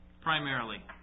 primarily